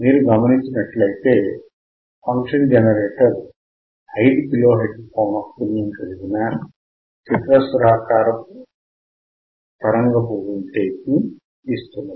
మీరు గమనించినట్లయితే function generator 5 kilohertz పౌనఃపున్యం కలిగిన చతురస్రాకార తరంగపు వోల్టేజ్ ని ఇస్తున్నది